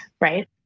right